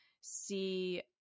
see